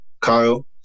Kyle